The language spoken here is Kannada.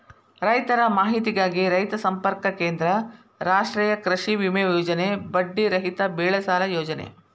ರೈತರ ಮಾಹಿತಿಗಾಗಿ ರೈತ ಸಂಪರ್ಕ ಕೇಂದ್ರ, ರಾಷ್ಟ್ರೇಯ ಕೃಷಿವಿಮೆ ಯೋಜನೆ, ಬಡ್ಡಿ ರಹಿತ ಬೆಳೆಸಾಲ ಯೋಜನೆ